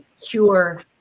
cure